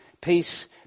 Peace